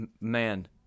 Man